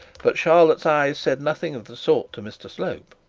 but charlotte's eyes said nothing of the sort to mr slope.